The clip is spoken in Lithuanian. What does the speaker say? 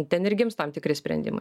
ten ir gims tam tikri sprendimai